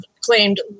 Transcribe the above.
claimed